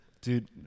Dude